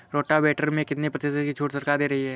Rotavator में कितनी प्रतिशत का छूट सरकार दे रही है?